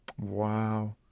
Wow